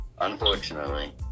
Unfortunately